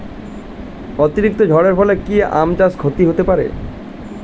অতিরিক্ত ঝড়ের ফলে কি আম চাষে ক্ষতি হতে পারে?